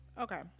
Okay